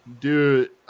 Dude